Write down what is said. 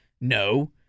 No